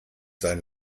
sein